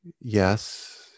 yes